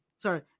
Sorry